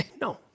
No